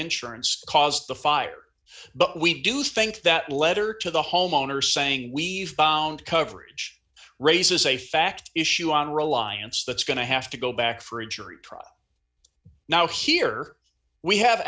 insurance caused the fire but we do think that letter to the homeowner saying we've found coverage raises a fact issue on reliance that's going to have to go back for a jury trial now here we ha